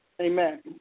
Amen